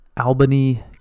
Albany